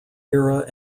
era